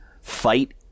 fight